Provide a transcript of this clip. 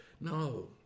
No